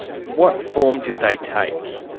what form did they take?